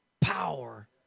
power